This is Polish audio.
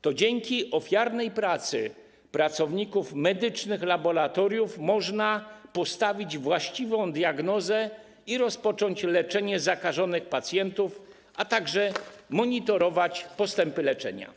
To dzięki ofiarnej pracy pracowników medycznych laboratoriów można postawić właściwą diagnozę i rozpocząć leczenie zakażonych pacjentów, a także monitorować postępy leczenia.